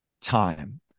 time